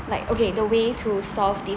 like okay the way to solve this